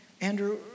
Andrew